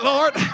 Lord